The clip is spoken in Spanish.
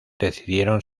decidieron